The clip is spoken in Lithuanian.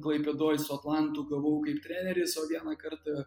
klaipėdoj su atlantu gavau kaip treneris o vieną kartą